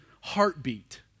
heartbeat